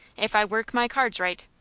if i work my cards right.